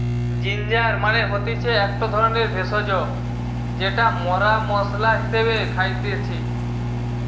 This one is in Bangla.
জিঞ্জার মানে হতিছে একটো ধরণের ভেষজ যেটা মরা মশলা হিসেবে খাইতেছি